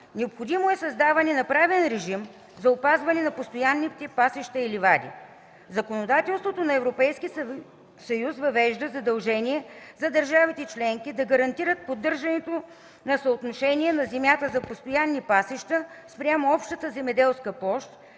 Необходимо е създаване на правен режим за опазване на постоянните пасища и ливадите. Законодателството на Европейския съюз въвежда задължение за държавите членки, да гарантират поддържането на съотношението на земята за постоянни пасища спрямо общата земеделска площ,